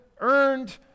earned